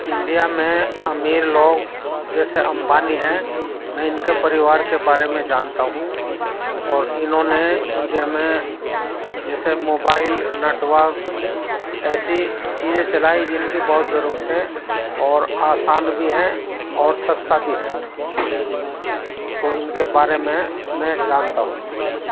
India میں امیر لوگ جیسے امبانی ہیں میں ان کے پریوار کے بارے میں جانتا ہوں اور انہوں نے انڈیا میں جیسے موبائل نیٹورک ایسی چیزیں چلائی جن کی بہت ضرورت ہے اور آسان بھی ہیں اور سستا بھی ہے تو ان کے بارے میں میں جانتا ہوں